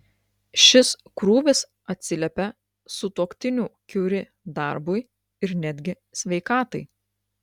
šis krūvis atsiliepia sutuoktinių kiuri darbui ir netgi sveikatai